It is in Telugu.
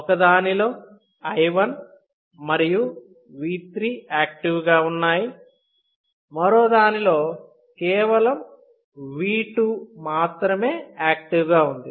ఒక దానిలో I 1 మరియు V 3 యాక్టివ్ గా ఉన్నాయి మరో దానిలో కేవలం V 2 మాత్రమే యాక్టివ్ గా ఉంది